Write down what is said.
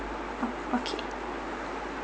oh okay